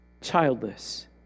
childless